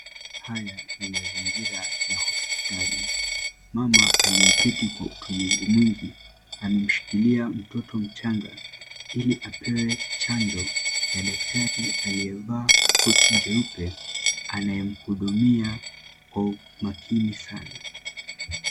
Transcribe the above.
Haya ni mazingira ya hospitali. Mama aliyeketi kwa utulivu mwingi amemshikilia mtoto mchanga ili apewe chanjo na daktari aliyevaa koti jeupe anayemhudumia kwa umakini sana.